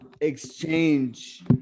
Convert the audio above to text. exchange